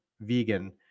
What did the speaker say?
Vegan